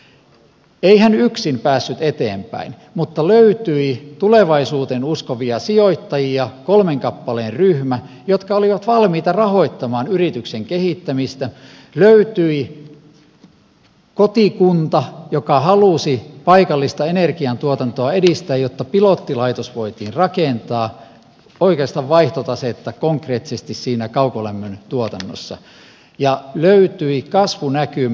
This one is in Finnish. ei hän yksin päässyt eteenpäin mutta löytyi tulevaisuuteen uskovia sijoittajia kolmen kappaleen ryhmä jotka olivat valmiita rahoittamaan yrityksen kehittämistä löytyi kotikunta joka halusi paikallista energiantuotantoa edistää jotta pilottilaitos voitiin rakentaa oikaista vaihtotasetta konkreettisesti siinä kaukolämmön tuotannossa ja löytyi kasvunäkymä